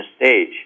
stage